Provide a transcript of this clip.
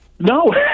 No